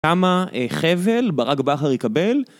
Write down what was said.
כמה חבל ברק בהר יקבל